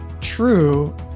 true